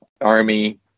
army